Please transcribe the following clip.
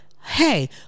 hey